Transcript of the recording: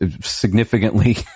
significantly